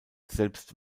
selbst